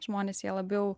žmonės jie labiau